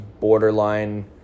borderline